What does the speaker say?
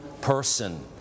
person